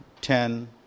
ten